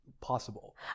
possible